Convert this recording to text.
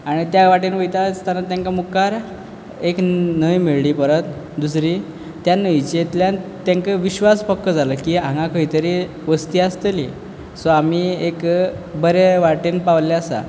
आनी त्या वाटेन वयता आसतना तेंकां मुखार एक न्हंय मेयळी परत दुसरी त्या न्हंयचेंतल्यान तेंकां विश्वास पक्को जालो की हांगा खंयतरी वस्ती आसतली सो आमी एक बऱ्या वाटेन पावल्ले आसा